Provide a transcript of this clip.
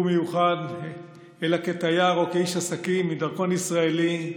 מיוחד אלא כתייר או כאיש עסקים עם דרכון ישראלי,